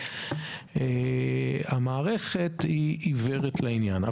המערכת עיוורת לעניין.